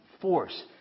force